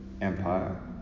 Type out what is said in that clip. Empire